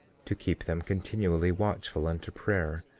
to keep them continually watchful unto prayer,